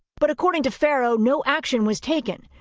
but according to farrow, no action was taken.